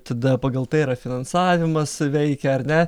tada pagal tai yra finansavimas veikia ar ne